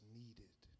needed